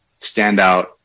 standout